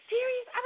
Serious